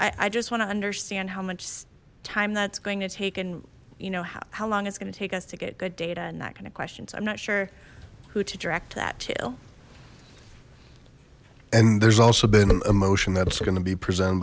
much i just want to understand how much time that's going to take and you know how long it's going to take us to get good data and not going to question so i'm not sure who to direct that to and there's also been an emotion that's going to be presented